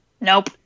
Nope